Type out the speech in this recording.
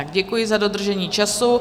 Děkuji za dodržení času.